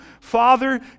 Father